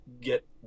get